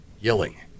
yelling